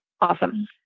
Awesome